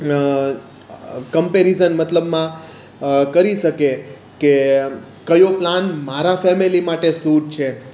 comparison મતલબમાં કરી શકે કે કયો પ્લાન મારા ફેમિલી માટે શૂટ છે